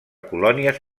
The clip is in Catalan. colònies